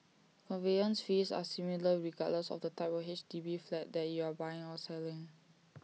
conveyance fees are similar regardless of the type of H D B flat that you are buying or selling